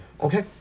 Okay